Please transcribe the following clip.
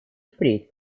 впредь